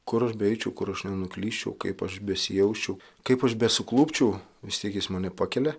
kur aš beeičiau kur aš nenuklysčiau kaip aš besijausčiau kaip aš suklupčiau vis tiek jis mane pakelia